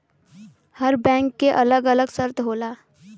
हर bank के अलग अलग शर्त होला